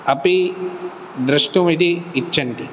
अपि द्रष्टुमिति इच्छन्ति